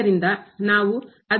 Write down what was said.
ಆದ್ದರಿಂದ ನಾವು ಅದನ್ನು ಮಾಡೋಣ